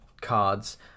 cards